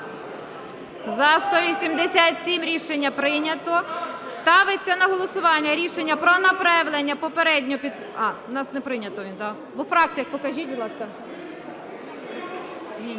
За-187 Рішення прийнято. Ставиться на голосування рішення про направлення попередньо… А, у нас не прийнятий він. По фракціях покажіть, будь ласка. Ще